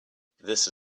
this